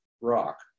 rock